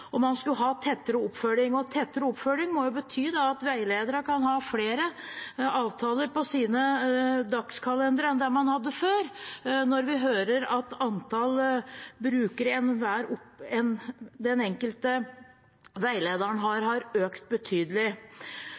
Man skulle ha tettere oppfølging – tettere oppfølging må bety at veiledere kan ha flere avtaler på sine dagskalendere enn det man hadde før, når vi hører at antall brukere den enkelte veilederen har, har økt betydelig.